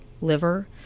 liver